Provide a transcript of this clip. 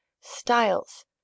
styles